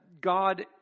God